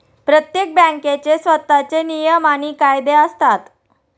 प्रत्येक बँकेचे स्वतःचे नियम आणि कायदे असतात